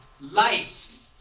life